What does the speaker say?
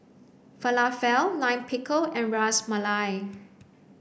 Falafel Lime Pickle and Ras Malai